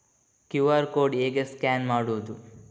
QR code ಹೇಗೆ scan ಮಾಡುವುದು?